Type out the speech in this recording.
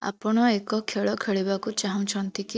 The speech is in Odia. ଆପଣ ଏକ ଖେଳ ଖେଳିବାକୁ ଚାହୁଁଛନ୍ତି କି